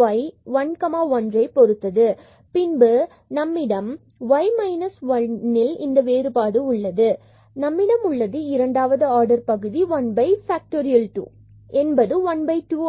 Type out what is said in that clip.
fy 1 1ஐ பொருத்தது மற்றும் பின்பு நம்மிடம் y 1ல் இந்த வேறுபாடு உள்ளது பின்பு நம்மிடம் உள்ளது இரண்டாவது ஆர்டர் பகுதி 1 factorial 2 என்பது 1 2 ஆகும்